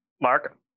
Mark